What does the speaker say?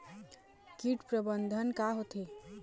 कीट प्रबंधन का होथे?